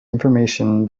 information